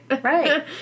Right